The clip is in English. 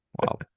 Wow